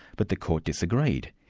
but the court disagreed.